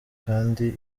kandi